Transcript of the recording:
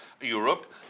Europe